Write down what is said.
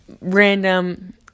random